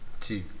two